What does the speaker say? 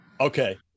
Okay